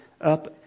up